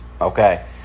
Okay